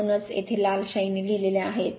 म्हणूनच येथे लाल शाईने लिहिलेले आहोत